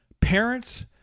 Parents